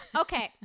Okay